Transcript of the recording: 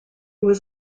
was